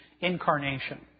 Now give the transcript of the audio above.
incarnation